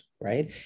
right